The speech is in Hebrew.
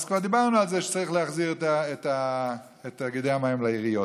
אז כבר דיברנו על זה שצריך להחזיר את תאגידי המים לעיריות.